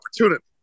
opportunity